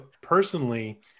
personally